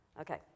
Okay